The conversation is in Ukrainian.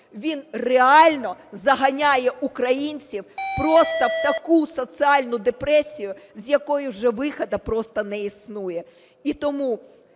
він реально заганяє українців просто в таку соціальну депресію, з якої вже виходу просто не існує. І тому